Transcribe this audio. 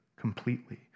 completely